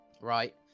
right